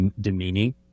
demeaning